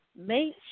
make